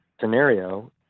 scenario